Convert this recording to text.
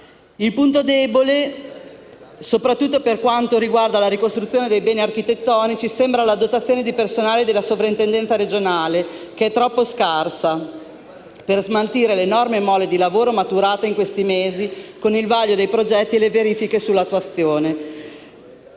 Il punto debole, soprattutto per quanto riguarda la ricostruzione dei beni architettonici, sembra la dotazione di personale della sovrintendenza regionale, che è troppo scarso per smaltire l'enorme mole di lavoro maturato in questi mesi con il vaglio dei progetti e le verifiche sulla loro attuazione.